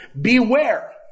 Beware